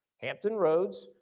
hampton roads,